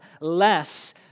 less